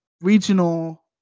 regional